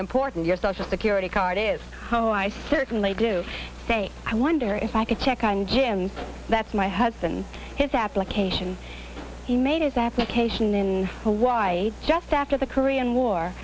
important your social security card is so i certainly do say i wonder if i could check on jim's that's my husband his application he made his application in hawaii just after the korean war